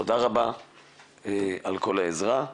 תודה רבה על כל העזרה.